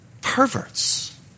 perverts